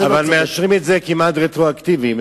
אבל מאשרים את זה כמעט רטרואקטיבית.